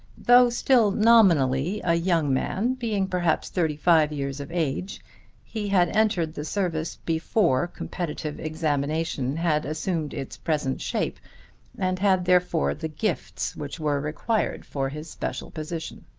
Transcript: though still nominally a young man being perhaps thirty-five years of age he had entered the service before competitive examination had assumed its present shape and had therefore the gifts which were required for his special position.